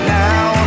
now